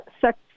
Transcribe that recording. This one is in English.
sex